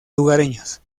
lugareños